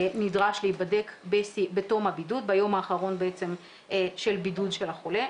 נדרש להיבדק ביום האחרון של הבידוד של החולה.